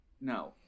No